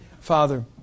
Father